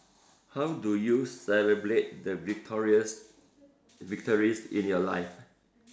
how do you celebrate the victories victories in your life